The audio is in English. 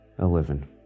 Eleven